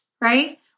right